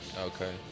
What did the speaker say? Okay